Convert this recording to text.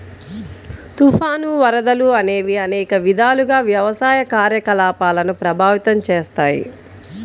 తుఫాను, వరదలు అనేవి అనేక విధాలుగా వ్యవసాయ కార్యకలాపాలను ప్రభావితం చేస్తాయి